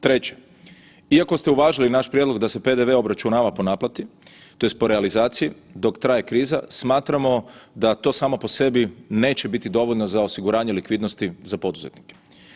Treće, iako ste uvažili naš prijedlog da se PDV obračunava po naknadi tj. po realizaciji dok traje kriza, smatramo da to samo po sebi neće biti dovoljno za osiguranje likvidnosti za poduzetnike.